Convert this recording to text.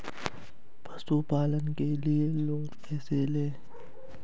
पशुपालन के लिए लोन कैसे लें?